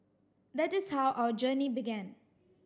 that is how our journey began